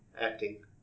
Acting